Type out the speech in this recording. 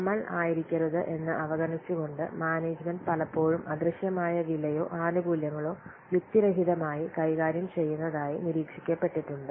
നമ്മൾ ആയിരിക്കരുത് എന്ന് അവഗണിച്ചുകൊണ്ട് മാനേജ്മെന്റ് പലപ്പോഴും അദൃശ്യമായ വിലയോ ആനുകൂല്യങ്ങളോ യുക്തിരഹിതമായി കൈകാര്യം ചെയ്യുന്നതായി നിരീക്ഷിക്കപ്പെട്ടിട്ടുണ്ട്